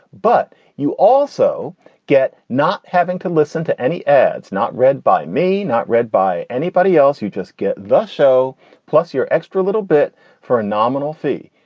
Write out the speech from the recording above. but you also get not having to listen to any ads, not read by may, not read by anybody else. you just get the show plus your extra a little bit for a nominal fee.